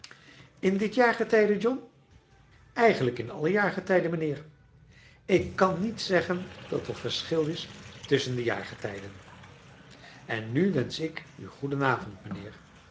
in dit jaargetijde john eigenlijk in alle jaargetijden mijnheer ik kan niet zeggen dat er verschil is tusschen de jaargetijden en nu wensch ik u goeden avond mijnheer